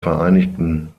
vereinigten